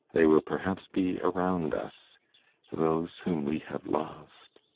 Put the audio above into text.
they will perhaps be around us those whom we have lost.